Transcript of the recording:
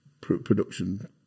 production